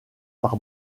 par